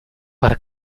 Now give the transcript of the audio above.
para